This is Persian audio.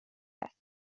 هست